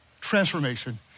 transformation